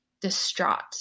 distraught